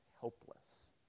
helpless